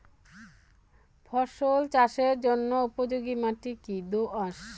ফসল চাষের জন্য উপযোগি মাটি কী দোআঁশ?